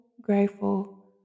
grateful